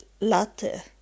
latte